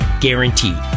guaranteed